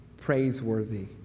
praiseworthy